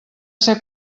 ser